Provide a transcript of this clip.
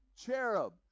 cherub